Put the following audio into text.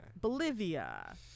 Bolivia